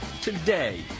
today